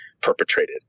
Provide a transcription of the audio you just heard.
perpetrated